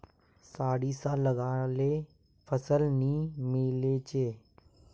सारिसा लगाले फलान नि मीलचे?